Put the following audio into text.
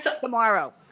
tomorrow